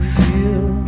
feel